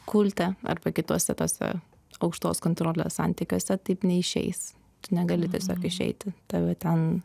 kulte arba kituose tuose aukštos kontrolės santykiuose taip neišeis tu negali tiesiog išeiti tave ten